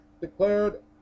declared